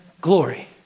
glory